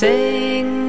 Sing